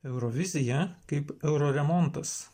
eurovizija kaip euro remontas